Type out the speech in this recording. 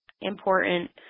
important